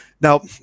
Now